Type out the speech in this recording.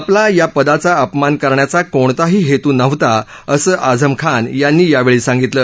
आपला या पदाचा अपमान करण्याचा कोणताही हेतू नव्हता असं आझम खान यांनी यावेळी सांगितलं